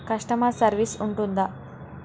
Customer service ఉంటుందా?